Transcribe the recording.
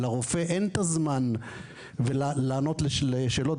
אין פה זמן לענות על שאלות,